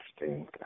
interesting